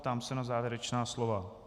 Ptám se na závěrečná slova.